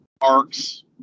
arcs